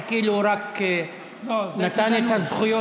שכאילו הוא רק נתן את הזכויות,